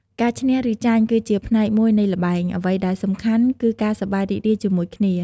ការឈ្នះ ឬចាញ់គឺជាផ្នែកមួយនៃល្បែង អ្វីដែលសំខាន់គឺការសប្បាយរីករាយជាមួយគ្នា។